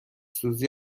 سوزی